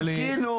טלי חכי,